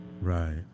Right